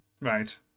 right